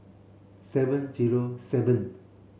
seven zero seventh